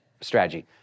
strategy